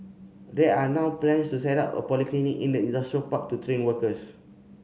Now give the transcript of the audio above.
there are now plans to set up a polytechnic in the industrial park to train workers